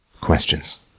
questions